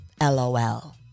LOL